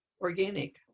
organic